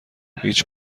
هیچ